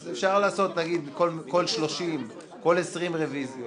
אז אפשר לעשות, נגיד, כל 30, כל 20 רביזיות.